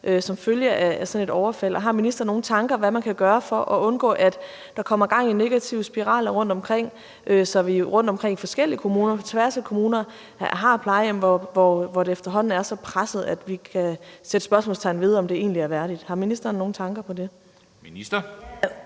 som følge af sådan et overfald. Gør ministeren sig nogle tanker om, hvad man kan gøre for at undgå, at der kommer gang i negative spiraler rundtomkring på plejehjem i forskellige kommuner, hvor det efterhånden er så presset, at vi kan sætte spørgsmålstegn ved, om det egentlig er værdigt. Gør ministeren sig nogle tanker om det? Kl.